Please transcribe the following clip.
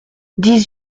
dix